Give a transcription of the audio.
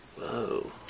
Whoa